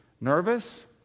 nervous